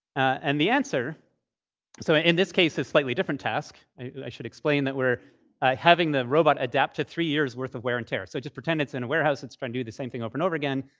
and the answer so in this case, a slightly different task. i should explain that we're having the robot adapt to three years worth of wear and tear. so just pretend it's in a warehouse. it's going to and do the same thing over and over again.